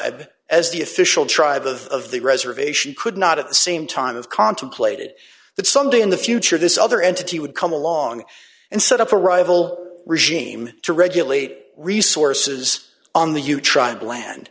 tribe as the official tribe of the reservation could not at the same time of contemplated that some day in the future this other entity would come along and set up a rival regime to regulate resources on the you try and land